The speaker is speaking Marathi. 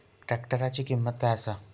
ट्रॅक्टराची किंमत काय आसा?